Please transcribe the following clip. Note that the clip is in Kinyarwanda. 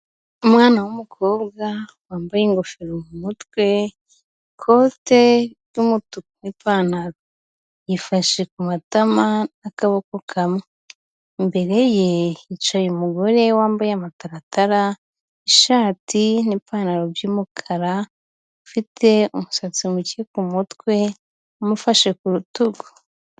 Umwana w'umukobwa, wambaye ingofero mu mutwe, ikote ry'umutuku n'ipantaro; yifashe ku matama n'akaboko kamwe. Imbere ye hicaye umugore wambaye amataratara, ishati n'ipantaro by'umukara, ufite umusatsi muke ku mutwe, umufashe ku rutugu.